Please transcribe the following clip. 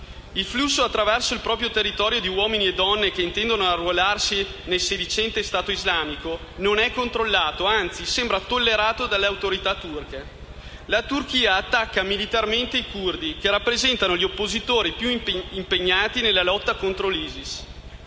Il flusso attraverso il proprio territorio di uomini e donne che intendono arruolarsi nel sedicente Stato islamico non è controllato, anzi sembra tollerato dalle autorità turche. La Turchia attacca militarmente i curdi che rappresentano gli oppositori più impegnati nella lotta contro l'ISIS.